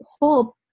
hope